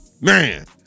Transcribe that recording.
Man